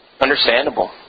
understandable